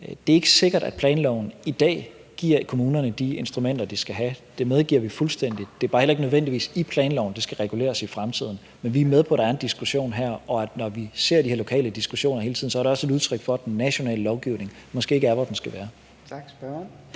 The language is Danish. Det er ikke sikkert, at planloven i dag giver kommunerne de instrumenter, de skal have; det medgiver vi fuldstændig. Det er bare heller ikke nødvendigvis i planloven, det skal reguleres i fremtiden. Men vi er med på, at der er en diskussion her, og når vi ser de her lokale diskussioner hele tiden, er det også et udtryk for, at den nationale lovgivning måske ikke er, hvor den skal være. Kl.